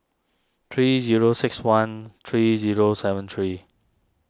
three zero six one three zero seven three